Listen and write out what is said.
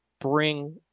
bring